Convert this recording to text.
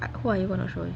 like who are you going to it